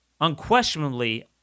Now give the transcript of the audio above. unquestionably